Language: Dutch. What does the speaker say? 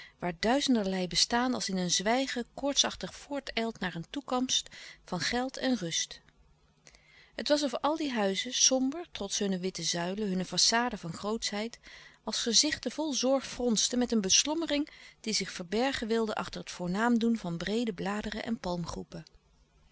waar duizenderlei bestaan als in een zwijgen koortsachtig voortijlt naar een toekomst van geld en rust het was of al die huizen somber trots hunne witte zuilen hunne façaden van grootschheid als gezichten vol zorg fronsten met een beslommering die zich verbergen wilde achter het voornaam doen van breede bladeren en